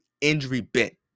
injury-bit